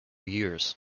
years